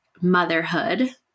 motherhood